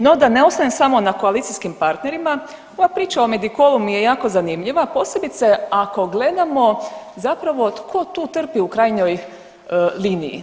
No da ne ostanem samo na koalicijskim partnerima, ova priča o Medikolu mi je jako zanimljiva, posebice ako gledamo zapravo tko tu trpi u krajnjoj liniji.